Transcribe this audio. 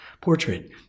portrait